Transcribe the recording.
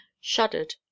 Shuddered